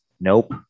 Nope